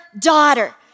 daughter